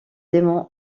démon